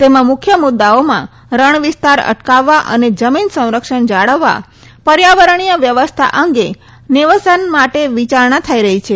તેમાં મુખ્ય મુદૃઓમાં રણ વિસ્તાર અટકાવવા અને જમીન સંરક્ષણ જાળવવા પર્યાવરણીય વ્યવસ્થા અંગે નિવસન માટે વિચારણા થઈ રહી છે